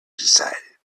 decided